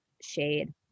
Shade